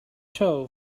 toe